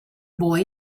boy